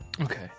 Okay